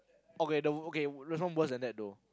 okay the okay there's one worse than that though